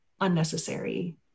unnecessary